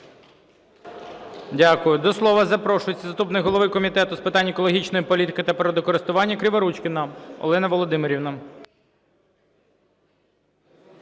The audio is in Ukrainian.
Дякую. До слова запрошується заступник голови Комітету з питань екологічної політики та природокористування Криворучкіна Олена Володимирівна.